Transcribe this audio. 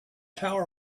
power